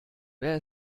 wer